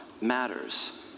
matters